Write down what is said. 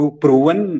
proven